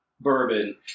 Bourbon